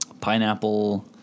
pineapple